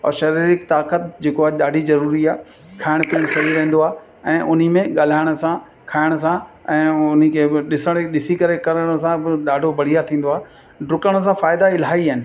और शारिरीक ताक़त जेको आहे ॾाढी ज़रूरी आहे खाइणु पीअणु सही रहंदो आहे ऐं उन में ॻाल्हाइण सां खाइण सां ऐं उन खे बि ॾिसणु ॾिसी करे करण सां बि ॾाढो बढ़िया थींदो आहे डुकण सां फ़ाइदा इलाही आहिनि